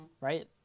right